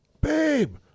babe